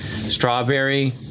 strawberry